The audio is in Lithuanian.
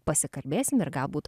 pasikalbėsim ir galbūt